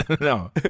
No